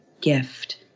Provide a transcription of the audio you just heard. gift